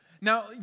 Now